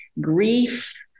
Grief